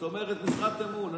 זאת אומרת משרת אמון.